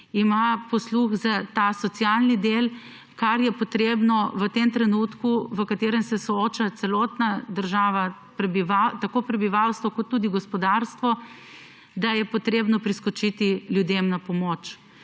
ima posluh za socialni del. V tem trenutku, s katerim se sooča celotna država, tako prebivalstvo kot tudi gospodarstvo, je potrebno priskočiti ljudem na pomoč.